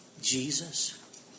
Jesus